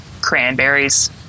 cranberries